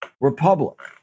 republic